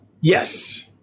Yes